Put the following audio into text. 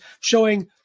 showing